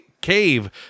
cave